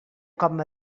com